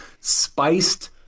Spiced